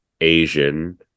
asian